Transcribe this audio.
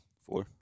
Four